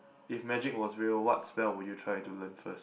if magic was real what's spell would you try to learn first